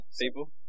people